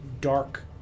dark